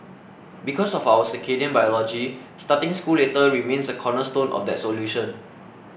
because of our circadian biology starting school later remains a cornerstone of that solution